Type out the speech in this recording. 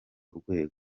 rwego